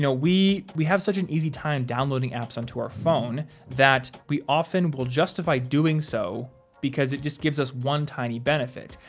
y'know, we we have such an easy time downloading apps onto our phone that we often will justify doing so because it just gives us one tiny benefit.